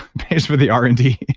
pays with the r and d